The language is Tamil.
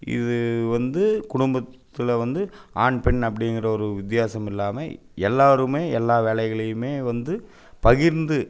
இது வந்து குடும்பத்தில் வந்து ஆண் பெண் அப்படிங்குற ஒரு வித்தியாசம் இல்லாமல் எல்லாேருமே எல்லா வேலைகளையுமே வந்து பகிர்ந்து